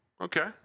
Okay